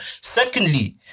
Secondly